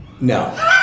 No